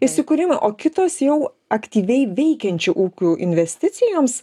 įsikūrimui o kitos jau aktyviai veikiančių ūkių investicijoms